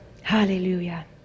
Hallelujah